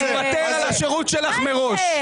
--- טלי, אני מוותר על השירות שלך מראש.